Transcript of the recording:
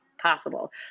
possible